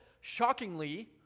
shockingly